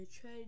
trade